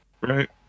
Right